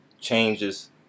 changes